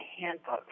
handbook